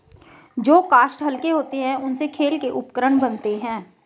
जो काष्ठ हल्के होते हैं, उनसे खेल के उपकरण बनते हैं